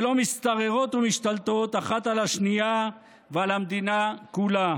ולא משתררות ומשתלטות אחת על השנייה ועל המדינה כולה.